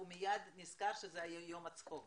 הוא מיד נזכר שזה היה יום הצחוק.